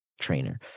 trainer